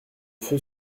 feu